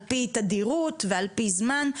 על-פי תדירות ועל-פי זמן,